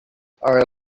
are